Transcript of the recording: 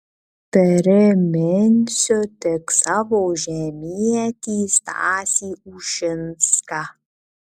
priminsiu tik savo žemietį stasį ušinską